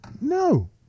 No